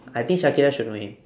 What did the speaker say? I think shakira should know him